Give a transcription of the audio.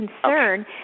concern